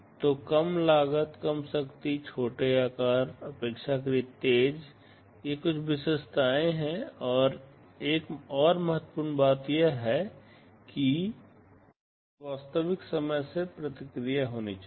तो कम लागत कम शक्ति छोटे आकार अपेक्षाकृत तेज ये कुछ विशेषताएं हैं और एक और महत्वपूर्ण बात यह है कि इसमें वास्तविक समय में प्रतिक्रिया होनी चाहिए